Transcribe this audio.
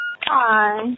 hi